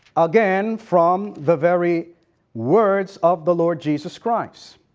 again from the very words of the lord jesus christ.